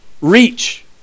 reach